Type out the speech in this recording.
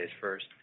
first